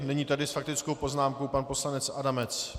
Nyní tedy s faktickou poznámkou pan poslanec Adamec.